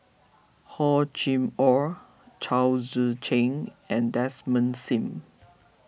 Hor Chim or Chao Tzee Cheng and Desmond Sim